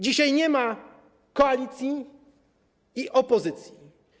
Dzisiaj nie ma koalicji i opozycji.